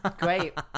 Great